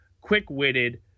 quick-witted